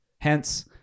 Hence